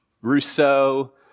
Rousseau